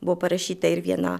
buvo parašyta ir viena